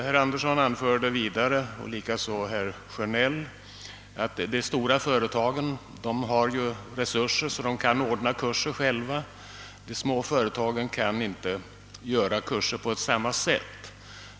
Herr Andersson och även herr Sjönell sade vidare, att de stora företagen har resurser så att de själva kan ordna kurser medan de små företagen inte kan ordna kurser på samma sätt.